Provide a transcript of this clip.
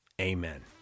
Amen